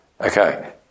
Okay